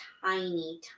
tiny